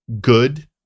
good